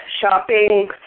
shopping